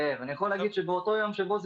קשה.